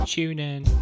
TuneIn